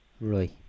Right